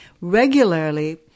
regularly